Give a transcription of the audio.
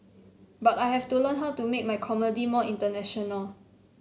but I have to learn how to make my comedy more international